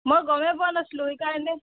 মই গমেই পোৱা নাছিলোঁ সেইকাৰণে